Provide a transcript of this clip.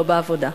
לא בעבודה.